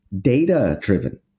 data-driven